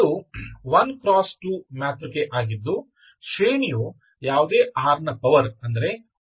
ಇದು 1 × 2 ಮಾತೃಕೆ ಆಗಿದ್ದು ಶ್ರೇಣಿಯು ಯಾವುದೇ R ನ ಪವರ್ ಅಂದರೆ 1 × 2 ಇರಬಹುದು